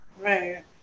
Right